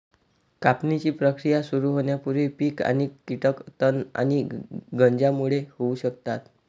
कापणीची प्रक्रिया सुरू होण्यापूर्वी पीक आणि कीटक तण आणि गंजांमुळे होऊ शकतात